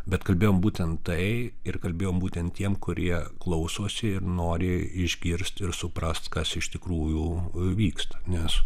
bet kalbėjom būtent tai ir kalbėjom būtent tiem kurie klausosi ir nori išgirst ir suprast kas iš tikrųjų vyksta nes